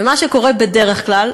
ומה שקורה בדרך כלל,